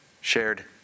shared